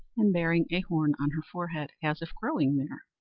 and bearing a horn on her forehead, as if growing there.